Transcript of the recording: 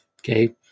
Okay